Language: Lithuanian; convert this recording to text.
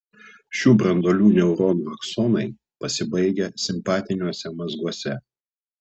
šių branduolių neuronų aksonai pasibaigia simpatiniuose mazguose